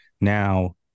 now